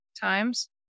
times